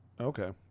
Okay